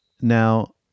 Now